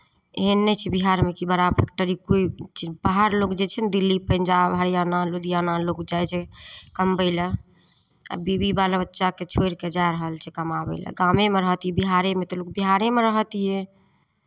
एहन नहि छै बिहारमे कि बड़ा फैक्टरी कोइ चीज बाहर लोक जे छै ने दिल्ली पंजाब हरियाणा लुधियाना लोक जाइ छै कमबय लए आ बीवी बाल बच्चाकेँ छोड़ि कऽ जा रहल छै कमाबय लए गामेमे अथि बिहारेमे तऽ लोक बिहारेमे रहितियै